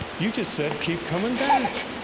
you just said keep coming back